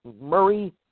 Murray